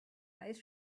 eyes